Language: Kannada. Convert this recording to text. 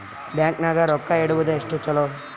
ಬ್ಯಾಂಕ್ ನಾಗ ರೊಕ್ಕ ಇಡುವುದು ಎಷ್ಟು ಚಲೋ?